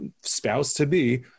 spouse-to-be